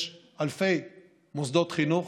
יש אלפי מוסדות חינוך